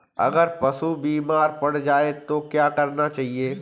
अगर पशु बीमार पड़ जाय तो क्या करना चाहिए?